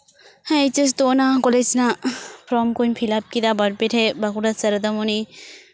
ᱦᱮᱸ H S ᱫᱚ ᱚᱱᱟ ᱠᱚᱞᱮᱡᱽ ᱨᱮᱱᱟᱜ ᱯᱷᱚᱨᱚᱢ ᱠᱚᱧ ᱯᱷᱤᱞᱟᱯ ᱠᱮᱫᱟ ᱵᱟᱨ ᱯᱮ ᱴᱷᱮᱱ ᱵᱟᱸᱠᱩᱲᱟ ᱥᱟᱨᱚᱫᱟᱢᱚᱱᱤ